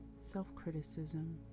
self-criticism